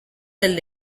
del